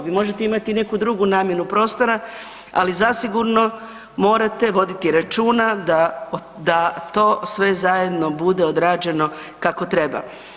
Vi možete imati i neku drugu namjenu prostora, ali zasigurno morate voditi računa da to sve zajedno bude odrađeno kako treba.